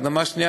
הקדמה שנייה,